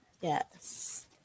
Yes